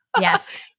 Yes